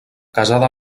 casada